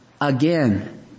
again